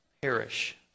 perish